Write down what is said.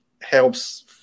helps